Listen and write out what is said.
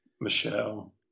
Michelle